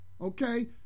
Okay